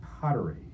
pottery